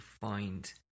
find